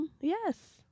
yes